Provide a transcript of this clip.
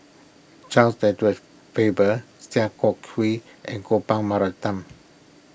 Charles Edward Faber Sia Kah Hui and Gopal Baratham